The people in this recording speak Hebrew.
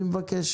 אני מבקש,